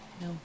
No